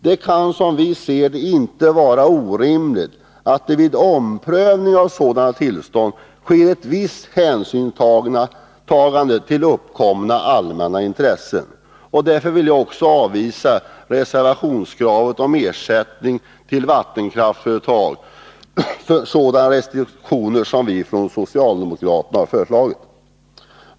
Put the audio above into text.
Det kan, som vi ser det, inte vara orimligt att det vid omprövning vid sådana tillstånd tas viss hänsyn till uppkomna allmänna intressen. Därför vill jag också avvisa reservationskravet om ersättning till vattenkraftsföretag för sådana restriktioner som vi från socialdemokraterna föreslagit.